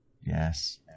yes